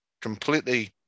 completely